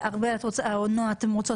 במסגרת דיוני הוועדה נדונה העילה החדשה ונוספו